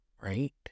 right